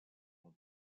ans